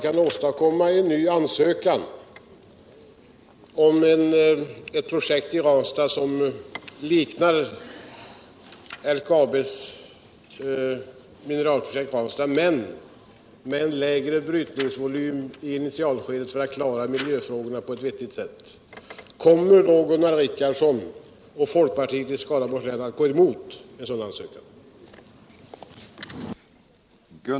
kan åstadkomma en ny ansökan om ett projekt i Ranstad som liknar LKAB:s Mineralprojekt Ranstad men med en lägre brytningsvolym i initialskedet för att klara miljöfrågorna på ett vettigt sätt, kommer då Gunnar Richardson och folkpartiet i Skaraborgs län att gå emot en sådan ansökan?